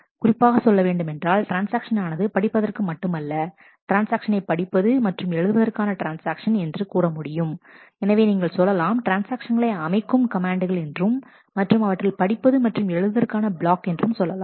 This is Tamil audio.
குறிப்பாக சொல்ல வேண்டுமென்றால் ட்ரான்ஸ்ஆக்ஷன் ஆனது படிப்பதற்கு மட்டுமல்ல ட்ரான்ஸ்ஆக்ஷனை படிப்பது மற்றும் எழுதுவதற்கான ட்ரான்ஸ்ஆக்ஷன் என்று கூற முடியும் எனவே நீங்கள் சொல்லலாம் ட்ரான்ஸ்ஆக்ஷன்களை அமைக்கும் கமெண்ட்கள் என்றும் மற்றும் அவற்றில் படிப்பது மற்றும் எழுதுவதற்கான பிளாக் என்றும் சொல்லலாம்